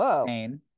Spain